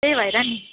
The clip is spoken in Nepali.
त्यही भएर नि